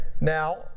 Now